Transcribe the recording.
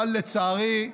אבל לצערי,